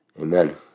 Amen